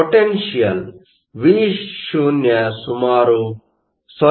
potential Vo ಸುಮಾರು 0